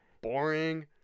Boring